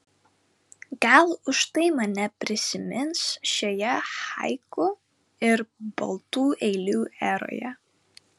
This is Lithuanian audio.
gal už tai mane prisimins šioje haiku ir baltų eilių eroje